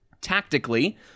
Tactically